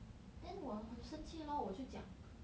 then 我很生气 lor 我就讲